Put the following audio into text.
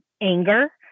anger